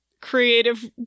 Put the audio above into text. creative